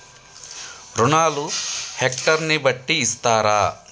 రుణాలు హెక్టర్ ని బట్టి ఇస్తారా?